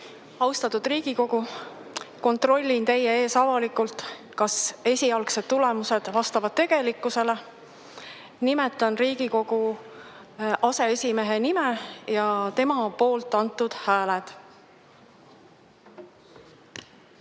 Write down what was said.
Austatud Riigikogu! Kontrollin teie ees avalikult, kas esialgsed tulemused vastavad tegelikkusele. Nimetan Riigikogu aseesimehe [kandidaadi] nime ja tema poolt antud hääled.